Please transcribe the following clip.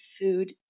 food